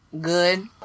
good